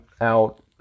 out